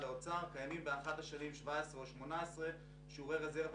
האוצר) קיימים באחת מהשנים 2017 או 2018 שיעורי רזרבה